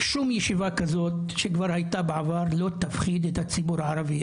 שום ישיבה כזאת שכבר הייתה בעבר לא תפחיד את הציבור הערבי,